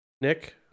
Nick